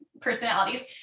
personalities